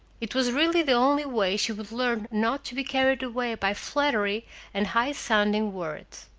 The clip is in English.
it was really the only way she would learn not to be carried away by flattery and high-sounding words.